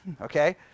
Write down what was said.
Okay